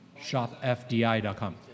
shopfdi.com